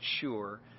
sure